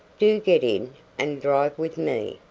do get in and drive with me!